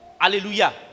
Hallelujah